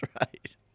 right